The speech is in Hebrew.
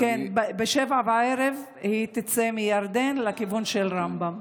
ב-19:00 היא תצא מירדן לכיוון של רמב"ם.